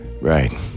Right